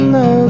no